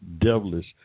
devilish